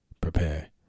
Prepare